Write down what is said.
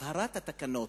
הבהרת התקנות.